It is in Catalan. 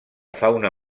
fauna